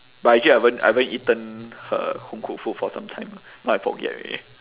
but actually I haven't I haven't eaten her home cooked food for some time ah now I forget already